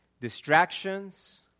distractions